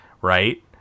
right